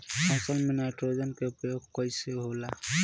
फसल में नाइट्रोजन के उपयोग कइसे होला?